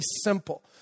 simple